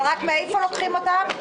רק מאיפה לוקחים אותם?